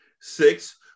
Six